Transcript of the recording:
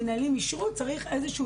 המנהלים אישרו את זה אבל צריך עוד איזה שהוא